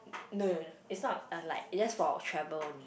no no no is not uh like it's just for travel only